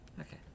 okay